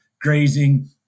grazing